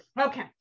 okay